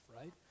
right